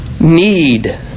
need